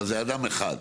אבל זה אדם אחד.